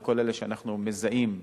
וכל אלה שאנחנו מזהים,